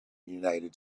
united